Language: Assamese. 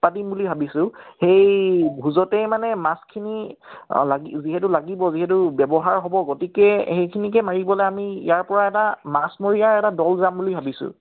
পাতিম বুলি ভাবিছোঁ সেই ভোজতে মানে মাছখিনি অঁ লাগি যিহেতু লাগিব যিহেতু ব্যৱহাৰ হ'ব গতিকে সেইখিনিকে মাৰিবলৈ আমি ইয়াৰ পৰা এটা মাছমৰীয়াৰ এটা দল যাম বুলি ভাবিছোঁ